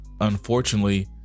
unfortunately